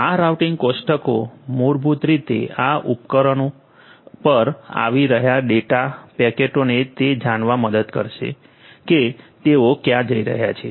આ રાઉટિંગ કોષ્ટકો મૂળભૂત રીતે આ ઉપકરણો પર આવી રહ્યા ડેટા પેકેટોને તે જાણવા મદદ કરશે કે તેઓ ક્યાં જઇ રહ્યા છે